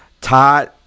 todd